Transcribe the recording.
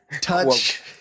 touch